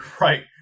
right